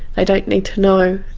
they don't need to know,